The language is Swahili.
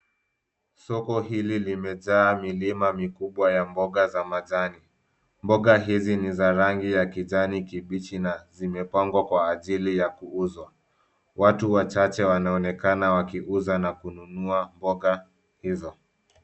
Soko hili limejaa milima mikubwa ya mboga za majani, mboga hizi ni za rangi ya kijani kibichi na zimepangwa kwa ajili ya kuuzwa. Watu wachache wanaonekana wakiuza na kununua mboga hizo.